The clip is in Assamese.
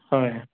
হয়